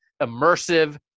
immersive